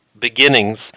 beginnings